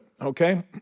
okay